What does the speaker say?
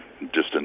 distance